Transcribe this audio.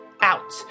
out